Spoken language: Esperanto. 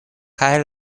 kaj